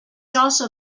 also